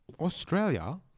Australia